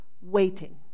waiting